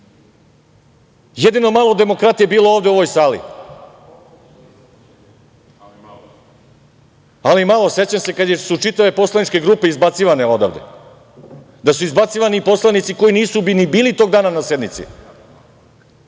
Jedino malo demokratije je bilo ovde u ovoj sali, ali malo. Sećam se kad su čitave poslaničke grupe izbacivane odavde, da su izbacivani poslanici koji nisu ni bili tog dana na sednici